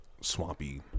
swampy